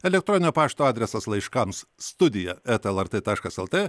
elektroninio pašto adresas laiškams studija eta lrt taškas lt